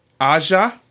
Aja